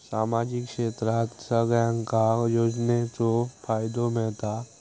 सामाजिक क्षेत्रात सगल्यांका योजनाचो फायदो मेलता?